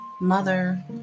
mother